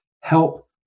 help